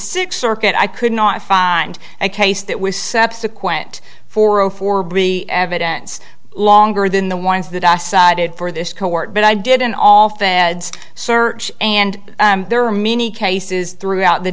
six circuit i could not find a case that was subsequently for zero four bree evidence longer than the ones that i did for this court but i did in all things search and there are many cases throughout the